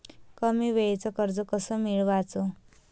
कमी वेळचं कर्ज कस मिळवाचं?